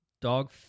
dog